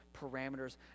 parameters